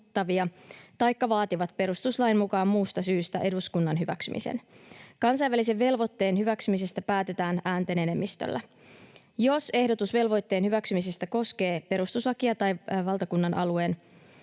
taikka vaativat perustuslain mukaan muusta syystä eduskunnan hyväksymisen. Kansainvälisen velvoitteen hyväksymisestä päätetään äänten enemmistöllä. Jos ehdotus velvoitteen hyväksymisestä koskee perustuslakia tai valtakunnan alueen